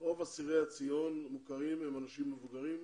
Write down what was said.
רוב אסירי הציון המוכרים הם אנשים מבוגרים.